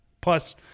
Plus